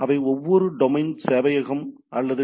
எனவே ஒவ்வொரு டொமைன் சேவையகம் அல்லது டி